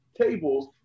tables